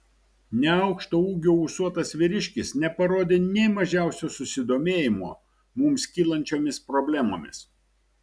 neaukšto ūgio ūsuotas vyriškis neparodė nė mažiausio susidomėjimo mums kylančiomis problemomis